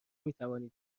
میتوانید